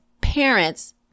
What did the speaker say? parents